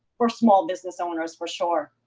for small business owners for sure.